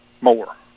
more